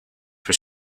was